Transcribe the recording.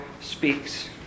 speaks